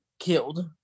killed